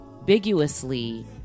Ambiguously